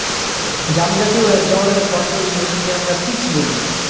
জামজাতীয় এক ধরনের ফলকে ইংরেজিতে আমরা পিচ বলি